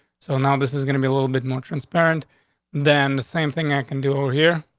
so now this is gonna be a little bit more transparent than the same thing i can do over here.